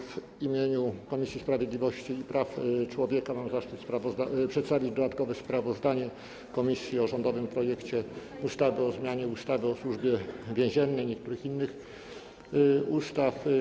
W imieniu Komisji Sprawiedliwości i Praw Człowieka mam zaszczyt przedstawić dodatkowe sprawozdanie komisji o rządowym projekcie ustawy o zmianie ustawy o Służbie Więziennej i niektórych innych ustaw.